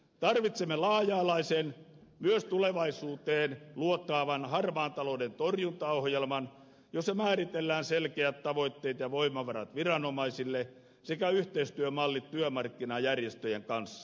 tarvitsemme laaja alaisen myös tulevaisuuteen luotaavan harmaan talouden torjuntaohjelman jossa määritellään selkeät tavoitteet ja voimavarat viranomaisille sekä yhteystyömallit työmarkkinajärjestöjen kanssa